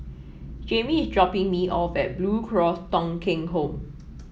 Jayme is dropping me off at Blue Cross Thong Kheng Home